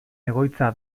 egoitza